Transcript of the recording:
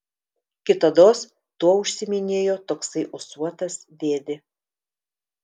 kitados tuo užsiiminėjo toksai ūsuotas dėdė